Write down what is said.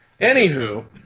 Anywho